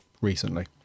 recently